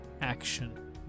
action